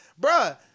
Bruh